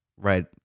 right